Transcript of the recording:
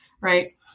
Right